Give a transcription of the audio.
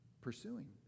pursuing